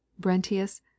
brentius